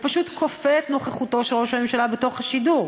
ופשוט כופה את נוכחותו של ראש הממשלה בתוך השידור.